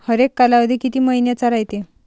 हरेक कालावधी किती मइन्याचा रायते?